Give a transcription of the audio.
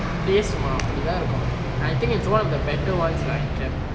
taste சும்மா அப்டிதான் இருக்கும்:summa apdithaan irukkum I think it's one of the better ones lah in camp